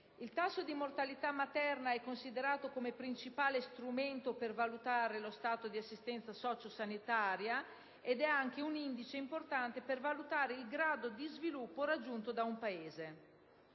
Il tasso di mortalità materna è considerato come principale strumento per valutare lo stato di assistenza socio-sanitaria ed anche un indice importante per valutare il grado di sviluppo raggiunto da un Paese.